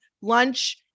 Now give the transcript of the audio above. lunch